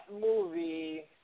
movie